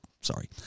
Sorry